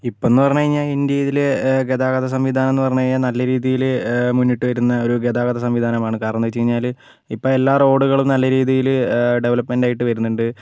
ഇപ്പം എന്ന് പറഞ്ഞു കഴിഞ്ഞാൽ ഇന്ത്യയിൽ ഗതാഗത സംവിധാനമെന്ന് പറഞ്ഞു കഴിഞ്ഞാൽ നല്ല രീതിയിൽ മുന്നിട്ടു വരുന്ന ഒരു ഗതാഗത സംവിധാനമാണ് കാരണമെന്നു വെച്ചുകഴിഞ്ഞാൽ ഇപ്പോൾ എല്ലാ റോഡുകളും നല്ല രീതിയിൽ ഡെവലപ്മെൻറ് ആയിട്ട് വരുന്നുണ്ട്